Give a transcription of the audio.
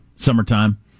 summertime